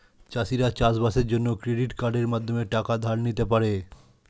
চাষিরা চাষবাসের জন্য ক্রেডিট কার্ডের মাধ্যমে টাকা ধার নিতে পারে